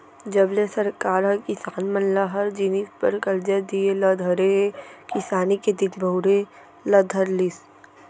जब ले सरकार ह किसान मन ल हर जिनिस बर करजा दिये ल धरे हे किसानी के दिन बहुरे ल धर लिस